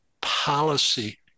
policy